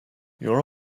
your